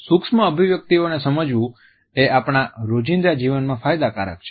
સૂક્ષ્મ અભિવ્યક્તિઓને સમજવુંએ આપણા રોજિંદા જીવનમાં ફાયદાકારક છે